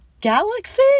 galaxy